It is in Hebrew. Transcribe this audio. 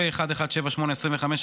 פ/1178/25,